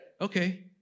Okay